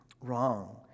wrong